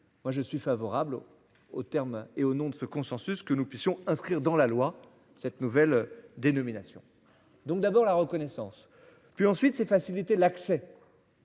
Moi je suis favorable au au terme et au nom de ce consensus que nous puissions inscrire dans la loi. Cette nouvelle. Dénomination donc d'abord la reconnaissance puis ensuite c'est faciliter l'accès.